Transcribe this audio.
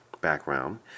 background